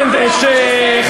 הציבור ראה,